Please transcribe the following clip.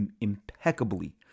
impeccably